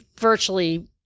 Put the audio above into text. virtually